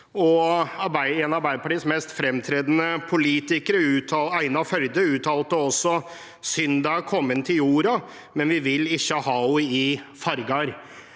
en av Arbeiderpartiets mest fremtredende politikere, Einar Førde, uttalte også at synden var kommet til jorda, men vi vil ikke ha den i farger.